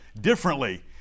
differently